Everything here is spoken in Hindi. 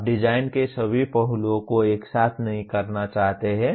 आप डिजाइन के सभी पहलुओं को एक साथ नहीं करना चाहते हैं